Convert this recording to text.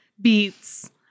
Beats